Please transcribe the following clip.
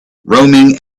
roaming